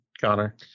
Connor